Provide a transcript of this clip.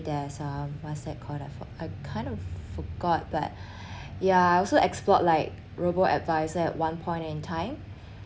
there's a what's that called that for I kind of forgot but ya I also explored like robo adviser at one point in time